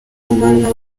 amanywa